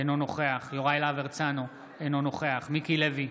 אינו נוכח יוראי להב הרצנו, אינו נוכח מיקי לוי,